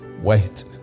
wait